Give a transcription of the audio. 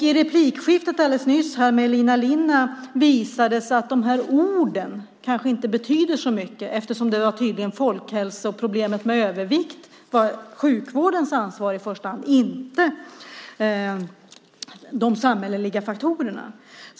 I replikskiftet alldeles nyss med Elina Linna visades att orden kanske inte betyder så mycket eftersom folkhälsoproblemet med övervikt tydligen är sjukvårdens ansvar i första hand. Det beror visst inte på de samhälleliga faktorerna.